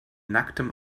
nacktem